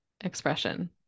expression